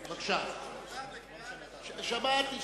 שמעתי,